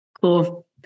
Cool